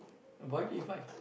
but why did you fight